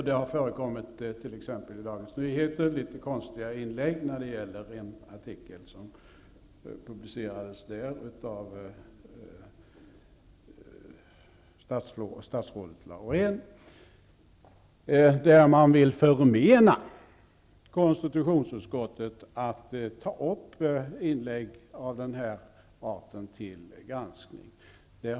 Det har t.ex. i Dagens Nyheter förekommit litet konstiga inlägg när det gäller en artikel som publicerades av statsrådet Laurén, där man ville förmena konstitutionsutskottet att ta upp inlägg av den här arten till granskning.